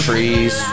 Trees